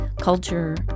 culture